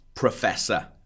Professor